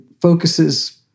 focuses